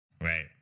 Right